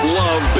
love